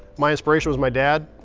my inspiration was my dad,